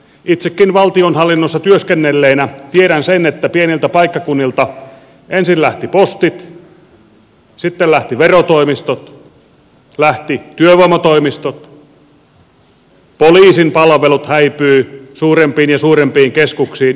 itsekin valtionhallinnossa työskennelleenä tiedän sen että pieniltä paikkakunnilta lähtivät ensin postit sitten verotoimistot ja työvoimatoimistot ja poliisin palvelut häipyivät suurempiin ja suurempiin keskuksiin